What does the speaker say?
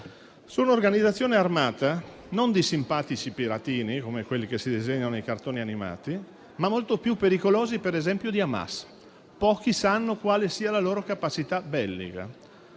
sono un'organizzazione armata, non dei simpatici piratini come quelli che si disegnano nei cartoni animati, ma molto più pericolosi, per esempio, di Hamas. Pochi sanno quale sia la loro capacità bellica: